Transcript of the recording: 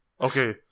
Okay